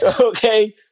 Okay